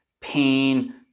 pain